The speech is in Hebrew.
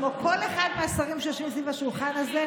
כמו כל אחד מהשרים שיושבים סביב השולחן הזה,